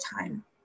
time